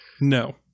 No